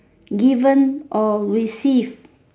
given or received